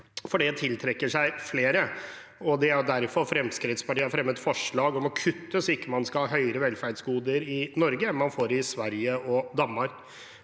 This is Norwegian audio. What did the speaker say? for det tiltrekker seg flere. Derfor har Fremskrittspartiet fremmet forslag om å kutte, så man ikke skal ha høyere velferdsgoder i Norge enn man får i Sverige og Danmark.